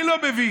אני לא מבין.